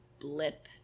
blip